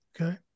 Okay